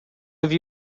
have